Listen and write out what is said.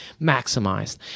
maximized